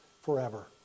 forever